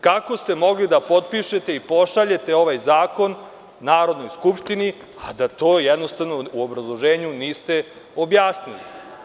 Kako ste mogli da potpišete i pošaljete ovaj zakon Narodnoj skupštini, to jednostavno u obrazloženju niste objasnili.